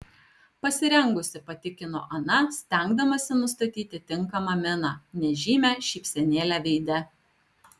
pasirengusi patikino ana stengdamasi nustatyti tinkamą miną nežymią šypsenėlę veide